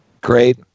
Great